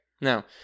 now